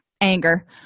anger